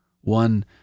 One